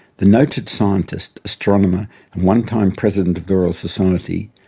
the noted scientist, astronomer and one-time president of the royal society,